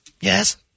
Yes